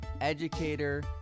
educator